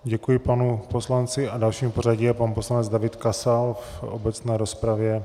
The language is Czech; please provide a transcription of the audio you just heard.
Děkuji panu poslanci a dalším v pořadí je pan poslanec David Kasal v obecné rozpravě.